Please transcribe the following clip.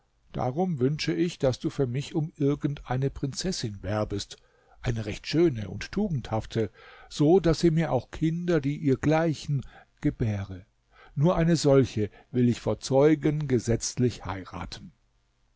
darum wünsche ich daß du für mich um irgendeine prinzessin werbest eine recht schöne und tugendhafte so daß sie mir auch kinder die ihr gleichen gebäre nur eine solche will ich vor zeugen gesetzlich heiraten